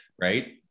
right